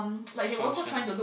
Shawn-Chen